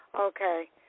Okay